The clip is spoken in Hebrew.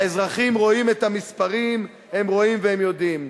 האזרחים רואים את המספרים, הם רואים והם יודעים.